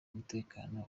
umutekano